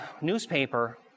newspaper